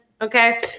Okay